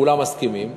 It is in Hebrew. כולם מסכימים,